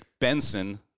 Benson